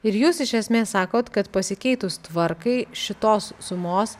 ir jūs iš esmės sakot kad pasikeitus tvarkai šitos sumos